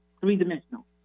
three-dimensional